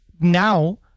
now